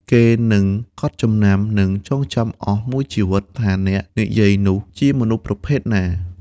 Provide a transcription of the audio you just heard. គេនឹងកត់ចំណាំ និងចងចាំអស់មួយជីវិតថាអ្នកនិយាយនោះជាមនុស្សប្រភេទណា។